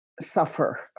suffer